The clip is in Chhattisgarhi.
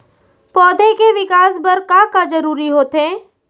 पौधे के विकास बर का का जरूरी होथे?